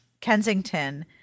Kensington